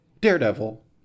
daredevil